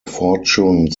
fortune